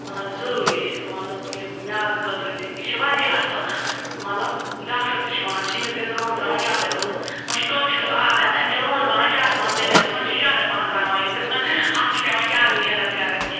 مطلب ضروٗری مطلب یہِ میٛادٕ خٲطرٕ تہِ یہِ چھِ واریاہ اَصٕل مطلب ڈاکٹر تہِ چھِ وَنان سِنِس گژھِ رۄہَن ترٛاوُن زیادَے پَہَن وَ چھِ کٲشرِس عادت أمِس چھِ رۄہَن بَنان زیادٕ پَہَن زٔمیٖنَس منٛز یہِ چھُ زیادَے پَہَن ترٛاوان یہِ چھُ دَپان اَتھ چھِ پیٚوان زیادٕ محنت کَرٕنۍ